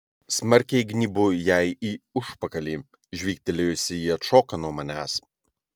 smarkiai gnybu jai į užpakalį žvygtelėjusi ji atšoka nuo manęs